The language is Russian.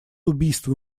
убийству